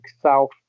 South